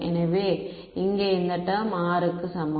எனவே இங்கே இந்த டெர்ம் R க்கு சமம்